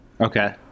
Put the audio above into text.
Okay